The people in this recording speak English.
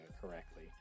correctly